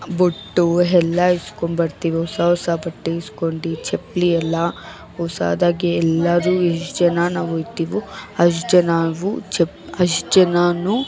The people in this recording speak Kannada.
ಬೊಟ್ಟು ಎಲ್ಲಾ ಇಸ್ಕೊಂಬರ್ತೀವಿ ಹೊಸ ಹೊಸ ಬಟ್ಟೆ ಇಸ್ಕೊಂಡು ಚಪ್ಪಲಿ ಎಲ್ಲಾ ಹೊಸದಾಗೆ ಎಲ್ಲರು ಎಷ್ಟು ಜನ ನಾವು ಇರ್ತಿವೋ ಅಷ್ಟು ಜನ ನಾವು ಚಪ್ ಅಷ್ಟು ಜನಾನೂ